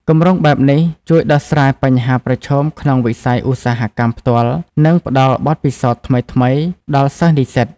គម្រោងបែបនេះជួយដោះស្រាយបញ្ហាប្រឈមក្នុងវិស័យឧស្សាហកម្មផ្ទាល់ និងផ្តល់បទពិសោធន៍ថ្មីៗដល់សិស្សនិស្សិត។